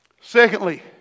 Secondly